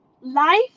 life